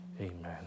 Amen